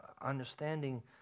understanding